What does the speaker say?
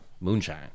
Moonshine